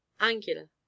angular